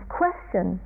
question